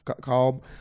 call